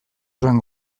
zuen